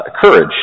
courage